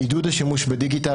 עידוד השימוש בדיגיטל.